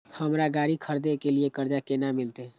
हमरा गाड़ी खरदे के लिए कर्जा केना मिलते?